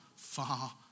Far